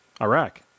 Iraq